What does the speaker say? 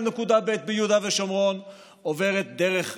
לנקודה ב' ביהודה ושומרון עוברת דרך רמאללה,